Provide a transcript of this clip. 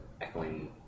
echoing